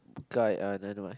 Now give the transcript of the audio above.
guy another mind